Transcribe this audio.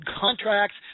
contracts